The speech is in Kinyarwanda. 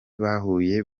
bahuye